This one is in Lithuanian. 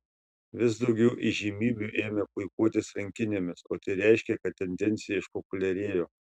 vis daugiau įžymybių ėmė puikuotis rankinėmis o tai reiškė kad tendencija išpopuliarėjo